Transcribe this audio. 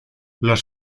los